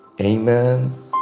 amen